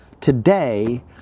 Today